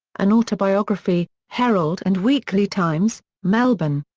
an autobiography, herald and weekly times, melbourne.